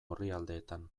orrialdeetan